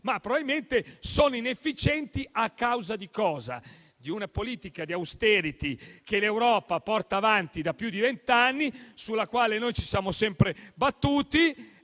ma probabilmente a causa di una politica di *austerity* che l'Europa porta avanti da più di vent'anni, sulla quale noi ci siamo sempre battuti.